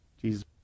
Jesus